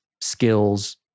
skills